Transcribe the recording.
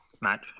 match